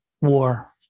war